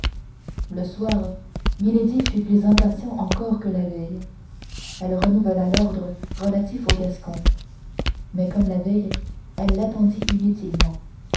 le soir milady fut plus impatiente encore que la veille elle renouvela l'ordre relatif au gascon mais comme la veille elle l'attendit inutilement